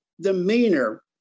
demeanor